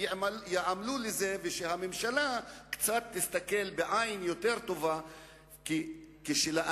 יעמלו על זה ושהממשלה תסתכל בעין קצת יותר טובה,